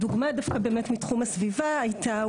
דוגמה דווקא באמת מתחום הסביבה הייתה,